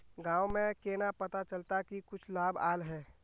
गाँव में केना पता चलता की कुछ लाभ आल है?